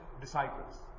disciples